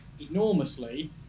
enormously